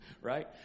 right